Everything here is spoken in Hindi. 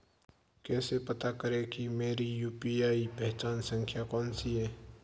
कैसे पता करें कि मेरी यू.पी.आई पहचान संख्या कौनसी है?